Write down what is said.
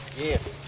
yes